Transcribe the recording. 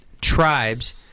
tribes